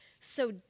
So